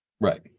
Right